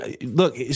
Look